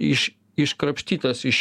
iš iškrapštytas iš